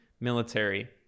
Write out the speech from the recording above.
military